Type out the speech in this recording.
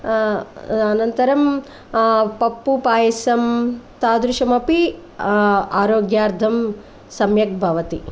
अनन्तरं पप्पु पायसं तादृशमपि आरोग्यार्थं सम्यक् भवति